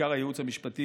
בעיקר הייעוץ המשפטי